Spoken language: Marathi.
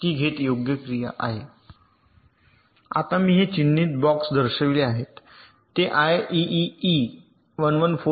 आता मी हे चिन्हित बॉक्स दर्शविले आहेत ते आयईईई 1149